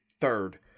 third